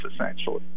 essentially